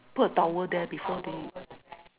put towel there before they